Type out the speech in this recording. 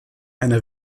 eine